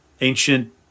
ancient